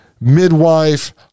midwife